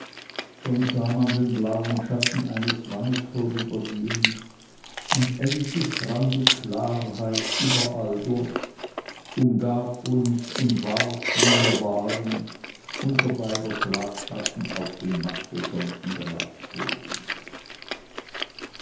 schon sah man den blauen schatten eines mannes vorübergehen und endlich drang die klarheit überall durch umgab uns und warf wie wir waren unser beider schlagschatten auf den matt besonnten grasboden